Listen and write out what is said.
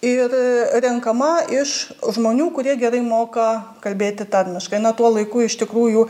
ir renkama iš žmonių kurie gerai moka kalbėti tarmiškai na tuo laiku iš tikrųjų